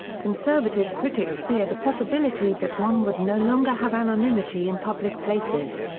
conservative critics fear the possibility that one would no longer have anonymity in public places.